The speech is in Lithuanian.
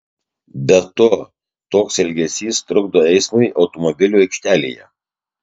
be to toks elgesys trukdo eismui automobilių aikštelėje